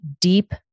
deep